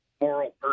moral